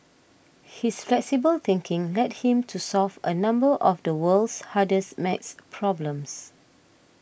his flexible thinking led him to solve a number of the world's hardest math problems